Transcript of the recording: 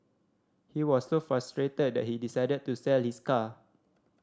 he was so frustrated that he decided to sell his car